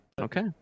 okay